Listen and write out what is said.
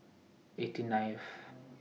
eighty ninth